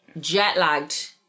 jet-lagged